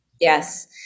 yes